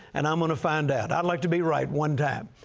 and i'm going to find out. i'd like to be right one time,